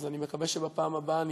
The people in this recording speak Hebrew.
אז אני מקווה שבפעם הבאה אני,